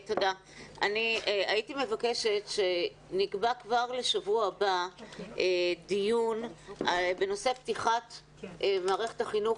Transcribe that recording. הייתי מבקשת שנקבע כבר לשבוע הבא דיון בנושא פתיחת מערכת החינוך,